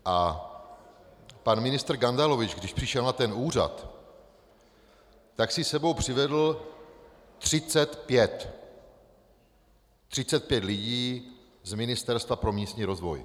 A pan ministr Gandalovič, když přišel na ten úřad, tak si s sebou přivedl 35 35 lidí z ministerstva pro místní rozvoj.